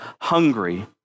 hungry